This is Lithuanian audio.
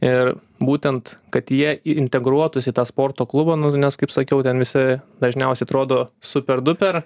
ir būtent kad jie integruotųsi į tą sporto klubą nu nes kaip sakiau ten visi dažniausiai atrodo super duper